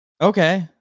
Okay